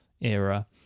era